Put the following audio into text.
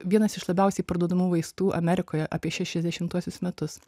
vienas iš labiausiai parduodamų vaistų amerikoje apie šešiasdešimuosius metus